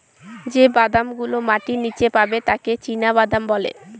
যে বাদাম গুলো মাটির নীচে পাবে তাকে চীনাবাদাম বলে